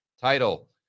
Title